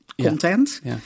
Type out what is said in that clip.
content